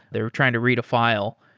they're trying to read a file.